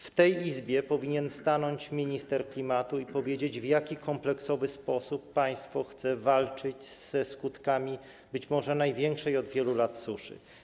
W tej Izbie powinien stanąć minister klimatu i powiedzieć, w jaki kompleksowy sposób państwo chce walczyć ze skutkami być może największej od wielu lat suszy.